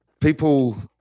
people